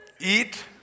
Eat